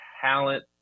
talent